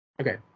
Okay